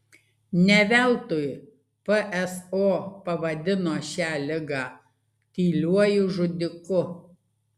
ne veltui pso pavadino šią ligą tyliuoju žudiku